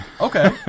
okay